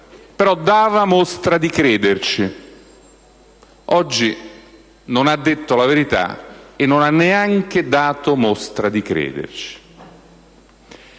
ma dava mostra di crederci. Oggi non ha detto la verità, e neanche ha dato mostra di crederci.